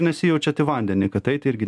nesijaučiat į vandenį kad eit irgi